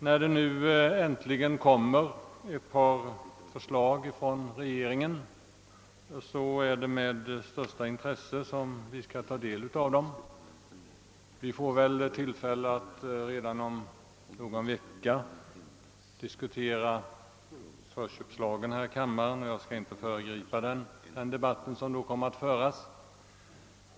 När regeringen nu äntligen framlägger vissa förslag skall vi med största intresse ta del av dem. Vi får väl tillfälle att redan om någon vecka diskutera förköpslagen här i kammaren, och jag skall inte föregripa den debatt som då kommer att föras.